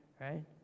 right